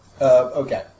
okay